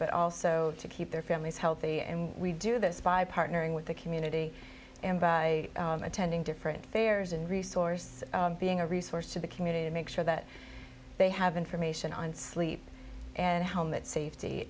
but also to keep their families healthy and we do this by partnering with the community and by attending different fairs and resource being a resource to the community to make sure that they have information on sleep and helmet safety